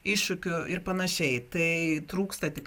iššūkių ir panašiai tai trūksta tik